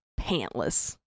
pantless